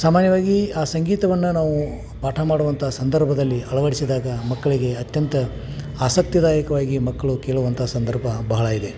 ಸಾಮಾನ್ಯವಾಗಿ ಆ ಸಂಗೀತವನ್ನು ನಾವು ಪಾಠ ಮಾಡುವಂಥ ಸಂದರ್ಭದಲ್ಲಿ ಅಳವಡ್ಸಿದಾಗ ಮಕ್ಕಳಿಗೆ ಅತ್ಯಂತ ಆಸಕ್ತಿದಾಯಕವಾಗಿ ಮಕ್ಕಳು ಕೇಳುವಂಥ ಸಂದರ್ಭ ಬಹಳ ಇದೆ